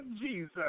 Jesus